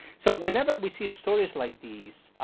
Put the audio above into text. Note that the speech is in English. so whenever we see stories like these